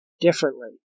differently